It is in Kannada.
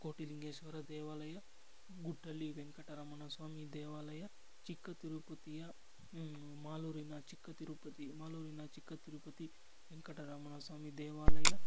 ಕೋಟಿ ಲಿಂಗೇಶ್ವರ ದೇವಾಲಯ ಗುಡ್ಡಳ್ಳಿ ವೆಂಕಟರಮಣ ಸ್ವಾಮಿ ದೇವಾಲಯ ಚಿಕ್ಕ ತಿರುಪತಿಯ ಮಾಲೂರಿನ ಚಿಕ್ಕ ತಿರುಪತಿ ಮಾಲೂರಿನ ಚಿಕ್ಕ ತಿರುಪತಿ ವೆಂಕಟರಮಣ ಸ್ವಾಮಿ ದೇವಾಲಯ